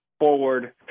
Forward